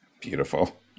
Beautiful